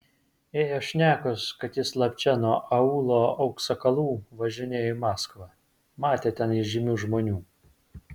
ėjo šnekos kad jis slapčia nuo aūlo aksakalų važinėjo į maskvą matė ten įžymių žmonių